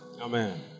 Amen